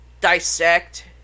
dissect